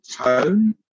tone